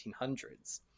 1800s